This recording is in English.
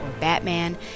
Batman